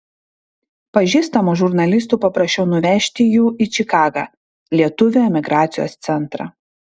pažįstamų žurnalistų paprašiau nuvežti jų į čikagą lietuvių emigracijos centrą